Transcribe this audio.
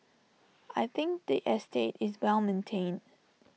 I think the estate is well maintained